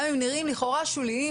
גם אם נראים לכאורה שוליים,